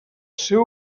seu